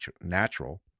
natural